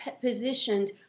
positioned